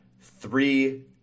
three